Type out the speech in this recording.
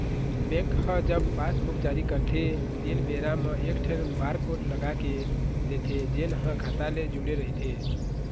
bank ह जब passbook जारी करथे तेन बेरा म एकठन बारकोड लगा के देथे जेन ह खाता ले जुड़े रहिथे